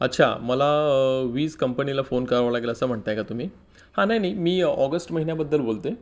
अच्छा मला वीज कंपनीला फोन करावं लागेल असं म्हणताय का तुम्ही हा नाही नाही मी ऑगस्ट महिन्याबद्दल बोलते